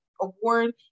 award